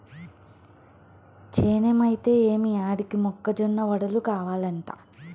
చేనేమైతే ఏమి ఆడికి మొక్క జొన్న వడలు కావలంట